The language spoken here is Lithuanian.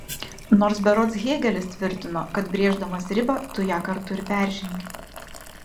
nors berods hėgelis tvirtino kad brėždamas ribą tu ją kartu ir peržengi